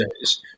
days